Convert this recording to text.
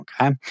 Okay